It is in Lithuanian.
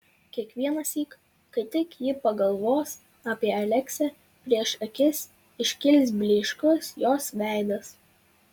kiekvienąsyk kai tik ji pagalvos apie aleksę prieš akis iškils blyškus jos veidas